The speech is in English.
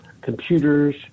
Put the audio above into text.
computers